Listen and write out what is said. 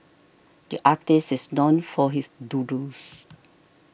the artist is known for his doodles